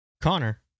Connor